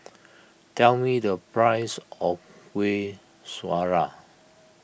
tell me the price of Kueh Syara